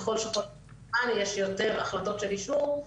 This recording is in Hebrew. ככל שחולף הזמן יש יותר החלטות של אישור.